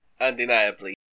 Undeniably